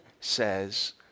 says